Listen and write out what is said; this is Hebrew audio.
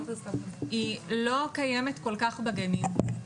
היא לא קיימת כל כך בגנים.